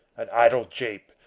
an idle jape,